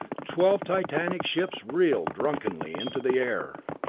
twelve titanic ships reeled drunkenly into the air!